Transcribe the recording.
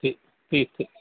ٹھیک ٹھیک ٹھیک